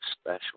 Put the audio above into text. special